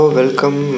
welcome